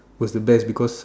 was the best because